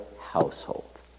household